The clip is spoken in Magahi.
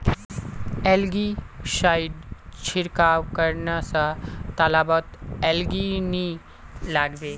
एलगी साइड छिड़काव करने स तालाबत एलगी नी लागबे